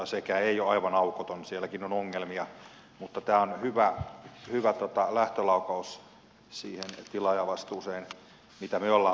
sekään ei ole aivan aukoton sielläkin on ongelmia mutta tämä on hyvä lähtölaukaus siihen tilaajavastuuseen mitä me olemme peräänkuuluttaneet